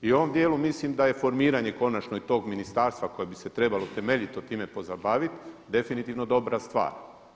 I u ovom dijelu mislim da je formiranje konačno i tog ministarstva koje bi se trebalo temeljito time pozabaviti definitivno dobra stvar.